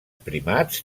primats